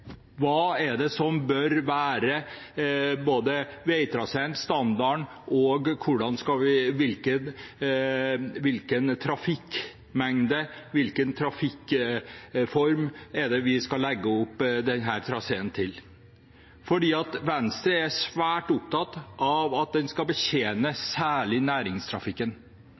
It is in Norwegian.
som bør være standarden, og hvilken trafikkmengde og trafikkform skal traseen legge opp til? Venstre er svært opptatt av at den særlig skal betjene næringstrafikken. Det er det vi har forventning om når det gjelder resultatet av en KVU: Hva kan den